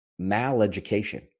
maleducation